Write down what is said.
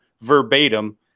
verbatim